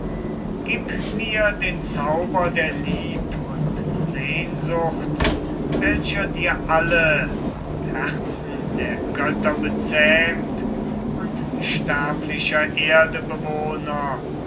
gib mir den zauber der lieb und sehnsucht welcher dir alle herzen der götter bezähmt und sterblicher